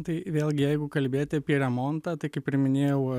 tai vėlgi jeigu kalbėt apie remontą tai kaip ir minėjau